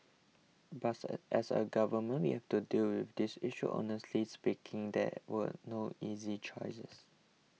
as a government we have to deal with this issue honestly speaking there were no easy choices